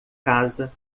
casa